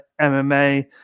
mma